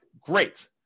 great